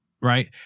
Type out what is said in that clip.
right